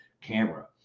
camera